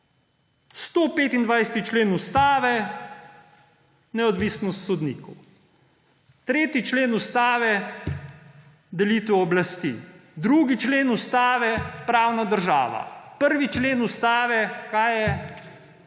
125. člen Ustave, neodvisnost sodnikov. 3. člen Ustave, delitev oblasti. 2. člen Ustave, pravna država. 1. člen Ustave – kaj je?